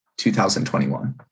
2021